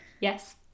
yes